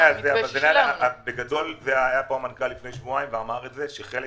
המנכ"ל היה לפני שבועיים ואמר שחלק